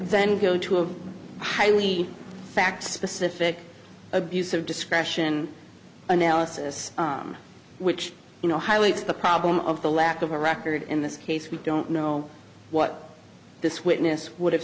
then go to a highly fact specific abuse of discretion analysis which you know highlights the problem of the lack of a record in this case we don't know what this witness would